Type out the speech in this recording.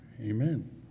amen